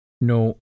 No